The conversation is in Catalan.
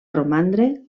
romandre